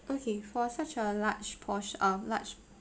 okay for such a large port~ uh large